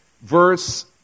Verse